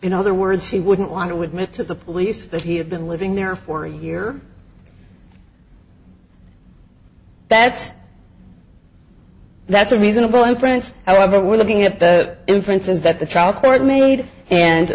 in other words he wouldn't want to admit to the police that he had been living there for a year that's that's a reasonable inference however we're looking at the inferences that the trial court made and